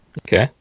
Okay